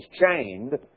chained